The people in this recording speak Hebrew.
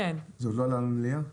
זה עובר למליאה?